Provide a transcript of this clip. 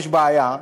יש בעיה,